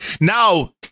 now